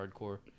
hardcore